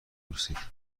بپرسید